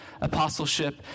apostleship